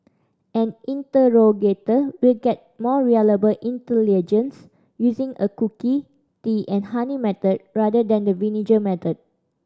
an interrogator will get more reliable intelligence using the cookie tea and honey method rather than the vinegar method